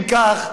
אם כך,